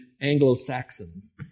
Anglo-Saxons